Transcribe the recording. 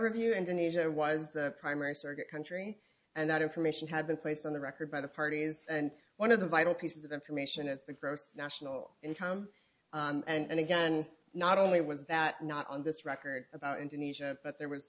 review indonesia was the primary surrogate country and that information had been placed on the record by the parties and one of the vital pieces of information is the gross national income and again not only was that not on this record about indonesia but there was